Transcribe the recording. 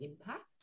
impact